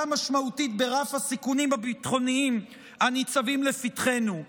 משמעותית ברף הסיכונים הביטחוניים הניצבים לפתחנו,